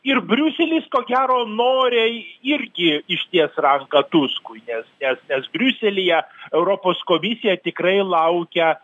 ir briuselis ko gero noriai irgi išties ranką tuskui nes nes nes briuselyje europos komisija tikrai laukia